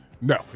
No